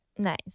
Nice